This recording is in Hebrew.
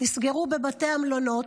נסגרו בבתי המלון,